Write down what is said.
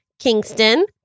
Kingston